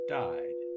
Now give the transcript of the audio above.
died